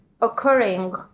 occurring